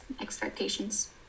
expectations